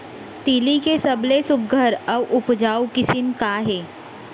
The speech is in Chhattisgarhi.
तिलि के सबले सुघ्घर अऊ उपजाऊ किसिम का हे?